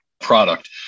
product